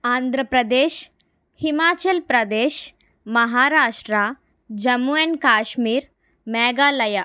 Andhra Pradesh Himachal Pradesh Maharashtra Jammu and Kashmir Meghalaya